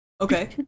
Okay